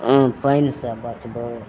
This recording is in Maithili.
पानिसे बचबै